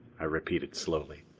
i repeated slowly.